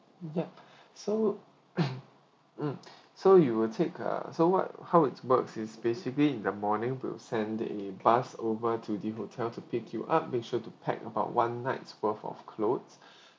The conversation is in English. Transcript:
yup so mm so you will take uh so what how it's about is basically in the morning we'll send a bus over to the hotel to pick you up make sure to pack about one night's worth of clothes